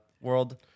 world